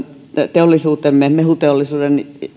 teollisuutemme mehuteollisuuden